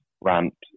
Ramp